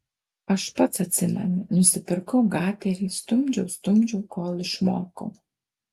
aš pats atsimenu nusipirkau gaterį stumdžiau stumdžiau kol išmokau